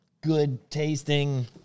good-tasting